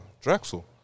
Drexel